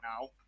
now